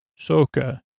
Soka